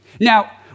Now